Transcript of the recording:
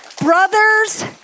Brothers